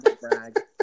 brag